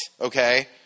okay